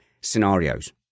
scenarios